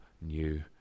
new